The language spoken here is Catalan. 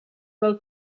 del